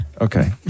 Okay